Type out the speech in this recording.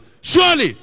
Surely